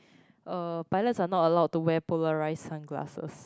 uh pilot are not allowed to wear polarized sunglasses